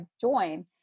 join